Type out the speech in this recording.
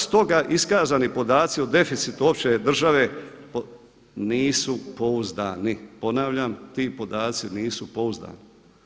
Stoga iskazani podaci o deficitu opće države nisu pouzdani“, ponavljam ti podaci nisu pouzdani.